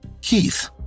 Keith